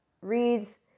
reads